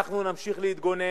אנחנו נמשיך להתגונן.